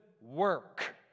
work